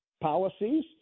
policies